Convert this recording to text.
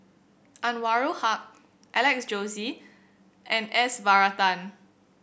Anwarul Haque Alex Josey and S Varathan